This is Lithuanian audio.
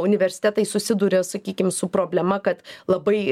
universitetai susiduria sakykim su problema kad labai